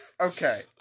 Okay